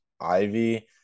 Ivy